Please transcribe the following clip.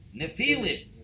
Nephilim